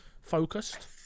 Focused